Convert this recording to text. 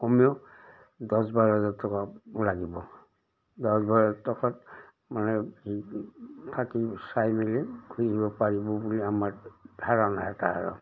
কমেও দহ বাৰ হাজাৰ টকা লাগিব দহ বাৰ হাজাৰ টকাত মানে থাকি চাই মেলি ঘুৰিব পাৰিব বুলি আমাৰ ধাৰণা এটা আৰু